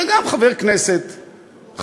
אלא גם חבר כנסת חשוב,